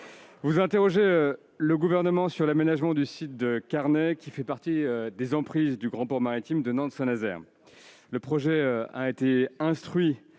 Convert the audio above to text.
vous interrogez le Gouvernement sur l'aménagement du site du Carnet, qui fait partie des emprises du grand port maritime de Nantes-Saint-Nazaire. Ce projet a été instruit